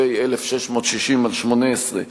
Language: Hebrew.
פ/1660/18,